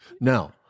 Now